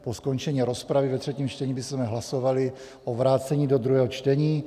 Po skončení rozpravy ve třetím čtení bychom hlasovali o vrácení do druhého čtení.